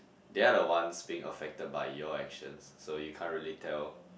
they are the ones being affected by your actions so you can't really tell